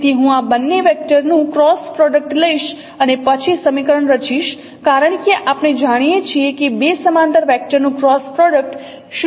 તેથી હું આ બંને વેક્ટરનું ક્રોસ પ્રોડક્ટ લઈશ અને પછી સમીકરણ રચીશ કારણ કે આપણે જાણીએ છીએ કે 2 સમાંતર વેક્ટરનું ક્રોસ પ્રોડક્ટ 0 વેક્ટર છે